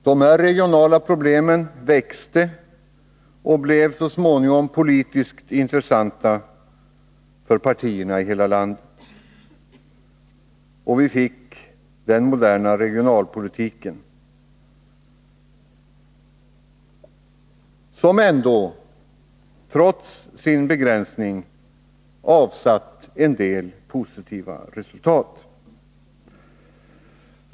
Dessa regionala problem växte och blev så småningom politiskt intressanta för partierna i hela landet. Vi fick den moderna regionalpolitiken, som trots sin begränsning avsatt en del positiva resultat.